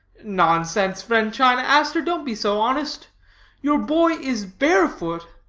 nonsense, friend china aster, don't be so honest your boy is barefoot.